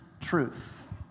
truth